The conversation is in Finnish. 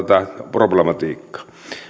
problematiikkaa